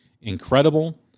incredible